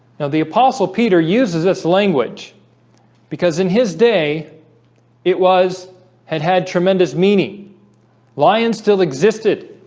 now the apostle peter uses this language because in his day it was had had tremendous meaning lions still existed